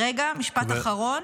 רגע, משפט אחרון.